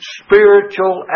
spiritual